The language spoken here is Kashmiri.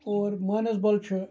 اور مانَسبَل چھُ